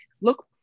look